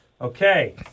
Okay